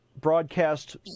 broadcast